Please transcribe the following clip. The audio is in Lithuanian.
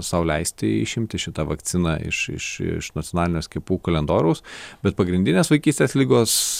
sau leisti išimti šitą vakciną iš iš iš nacionalinio skiepų kalendoriaus bet pagrindinės vaikystės ligos